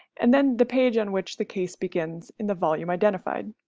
and then the page on which the case begins. in the volume identified,